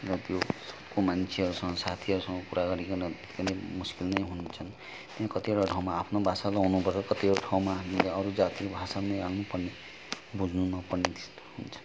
को मान्छेहरूसँग साथीहरूसँग कुराकानी गर्न निक्कै नै मुस्किल नै हुन्छ त्यहाँ कतिवटा ठाउँमा आफ्नो भाषा लाउनुपर्छ कतिवटा ठाउँमा हामीले अरू जातिको भाषा पनि लाउनु पर्ने बोल्नु नपर्ने त्यस्तो हुन्छ